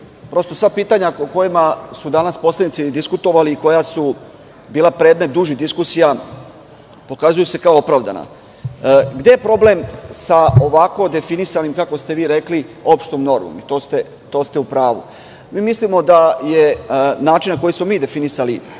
i sva pitanja o kojima su danas poslanici diskutovali i koja su bila predmet dužih diskusija, pokazuju se kao opravdana. Gde je problem sa ovako definisanom, kako ste vi rekli, opštom normom? To ste u pravu. Mi mislimo da je način na koji smo mi definisali